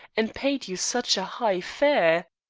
and paid you such a high fare?